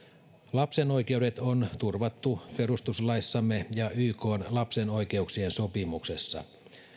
lapsen oikeudet on turvattu perustuslaissamme ja ykn lapsen oikeuksien sopimuksessa